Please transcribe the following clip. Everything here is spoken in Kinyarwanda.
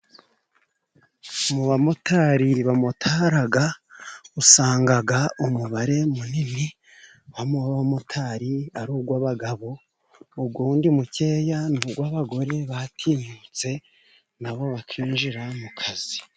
Mu bamotari bamotara, usanga umubare munini w'abamotari ari uw'abagabo, undi mukeya uw'abagore batinyutse na bo bakinjira mu kazi.